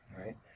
Right